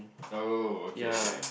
oh okay okay